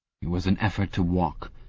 it was an effort to walk.